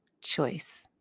Choice